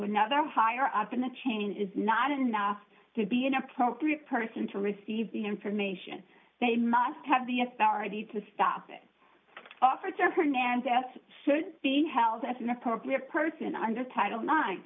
another higher up in the chain is not enough to be an appropriate person to receive the information they must have the authority to stop it officer hernandez so be held as an appropriate person under title nine